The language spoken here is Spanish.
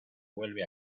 vuelve